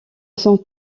sont